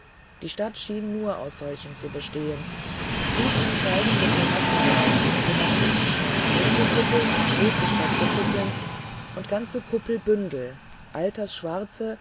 die stadt schien nur aus solchen zu bestehen stufensteigende terrassendächer pyramiden runde kuppeln und hochgestreckte kuppeln und ganze kuppelbünde altersschwarze